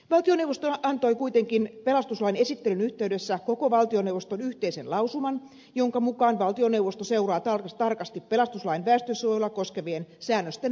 valtioneuvosto antoi kuitenkin pelastuslain esittelyn yhteydessä koko valtioneuvoston yhteisen lausuman jonka mukaan valtioneuvosto seuraa tarkasti pelastuslain väestönsuojelua koskevien säännösten vaikutuksia